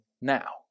now